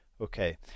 Okay